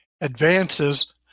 advances